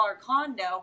condo